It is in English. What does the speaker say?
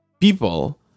people